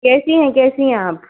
कैसी हैं कैसी हैं आप